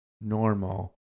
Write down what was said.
normal